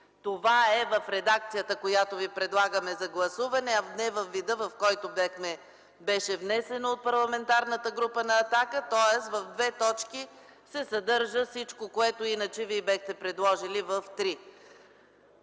Това е редакцията, която ви предлагаме за гласуване, а не във вида, в който беше внесено от Парламентарната група на „Атака”, тоест в две точки се съдържа всичко, което иначе вие бяхте предложили в три.